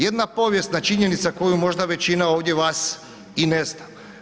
Jedna povijesna činjenica koju možda većina ovdje vas i ne zna.